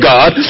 God